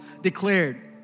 declared